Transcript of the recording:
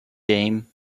game